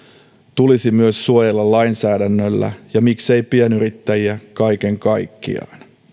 tulisi myös suojella lainsäädännöllä ja miksei pienyrittäjiä kaiken kaikkiaan